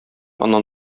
аннан